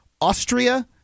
Austria